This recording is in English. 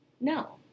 No